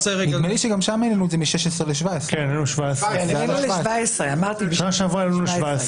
נדמה לי שגם שם העלינו את זה מגיל 16 לגיל 17. בשנה שעברה העלינו ל-17.